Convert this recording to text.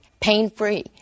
pain-free